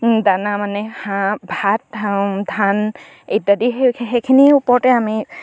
দানা মানে হাঁহ ভাত ধান ইত্যাদি সেই সেইখিনিৰ ওপৰতে আমি